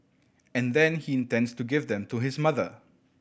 and then he intends to give them to his mother